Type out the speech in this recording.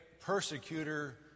persecutor